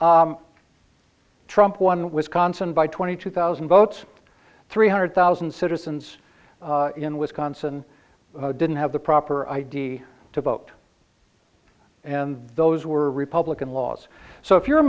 e trump won wisconsin by twenty two thousand votes three hundred thousand citizens in wisconsin didn't have the proper id to vote and those were republican laws so if you're a